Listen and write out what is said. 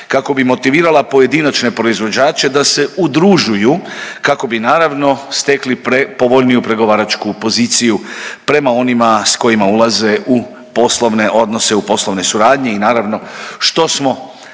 kako bi motivirala pojedinačne proizvođače da se udružuju kako bi naravno stekli povoljniju pregovaračku poziciju prema onima s kojima ulaze u poslovne odnose, u poslovne suradnje i naravno što smo